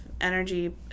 energy